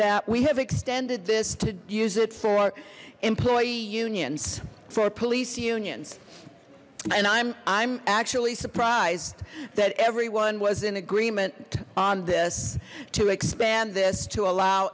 that we have extended this to use it for employee unions for police unions and i'm i'm actually surprised that everyone was in agreement on this to expand this to allow